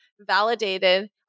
validated